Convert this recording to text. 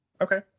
Okay